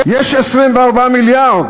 יש 24 מיליארד,